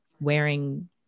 wearing